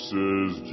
Says